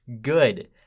good